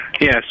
Yes